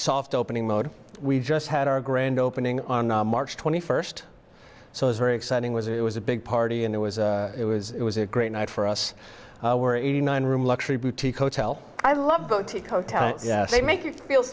soft opening mode we just had our grand opening on march twenty first so it's very exciting was it was a big party and it was it was it was a great night for us were eighty nine room luxury boutique hotel i love boat hotel they make you feel